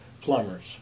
plumbers